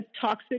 toxic